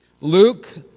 Luke